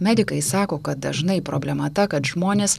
medikai sako kad dažnai problema ta kad žmonės